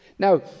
Now